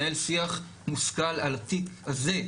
אני לא יכול לנהל שיח מושכל על תיק כזה,